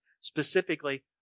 specifically